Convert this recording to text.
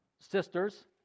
sisters